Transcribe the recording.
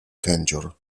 kędzior